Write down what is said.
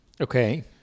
Okay